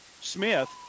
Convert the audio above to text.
Smith